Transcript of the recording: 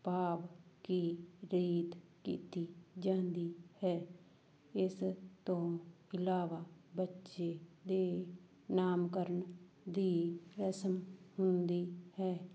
ਭਾਵ ਕਿ ਰੀਤ ਕੀਤੀ ਜਾਂਦੀ ਹੈ ਇਸ ਤੋਂ ਇਲਾਵਾ ਬੱਚੇ ਦੇ ਨਾਮਕਰਨ ਦੀ ਰਸਮ ਹੁੰਦੀ ਹੈ